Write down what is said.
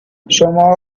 شما